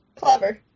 Clever